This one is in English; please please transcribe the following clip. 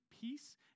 peace